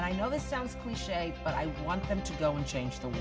i know this sounds cliche but i want him to go and change the